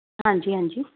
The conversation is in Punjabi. ਹਾਂਜੀ ਹਾਂਜੀ